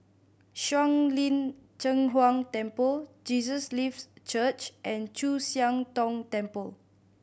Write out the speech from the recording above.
Shuang Lin Cheng Huang Temple Jesus Lives Church and Chu Siang Tong Temple